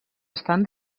estan